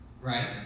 right